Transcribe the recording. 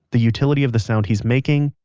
the utility of the sound he's making,